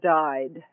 died